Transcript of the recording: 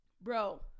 Bro